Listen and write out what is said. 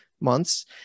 months